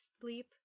sleep